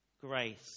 grace